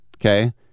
okay